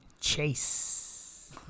Chase